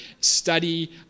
study